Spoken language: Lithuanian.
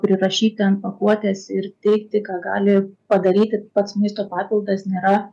prirašyti ant pakuotės ir teigti ką gali padaryti pats maisto papildas nėra